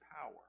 power